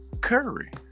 Curry